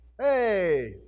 hey